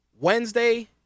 Wednesday